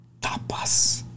Tapas